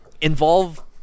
involve